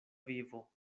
vivo